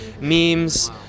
memes